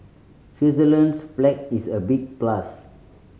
Switzerland's flag is a big plus